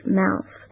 mouth